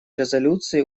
резолюции